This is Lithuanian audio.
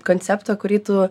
konceptą kurį tu